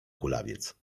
kulawiec